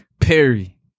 Perry